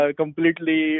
completely